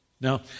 Now